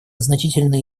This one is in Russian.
значительные